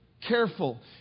careful